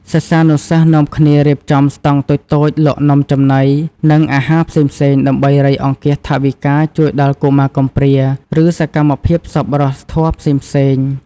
សិស្សានុសិស្សនាំគ្នារៀបចំស្តង់តូចៗលក់នំចំណី និងអាហារផ្សេងៗ ដើម្បីរៃអង្គាសថវិកាជួយដល់កុមារកំព្រា ឬសកម្មភាពសប្បុរសធម៌ផ្សេងៗ។